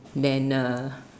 then uh